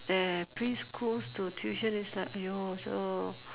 their preschools to tuition is like !aiyo! so